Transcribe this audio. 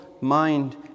mind